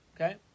Okay